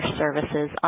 services